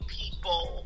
people